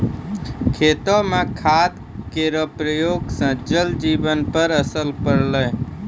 खेत म खाद केरो प्रयोग सँ जल जीवन पर असर पड़लै